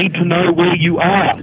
need to know where you are.